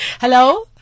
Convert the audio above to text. Hello